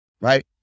right